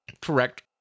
Correct